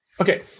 Okay